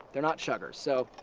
they're not chuggers. so,